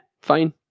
Fine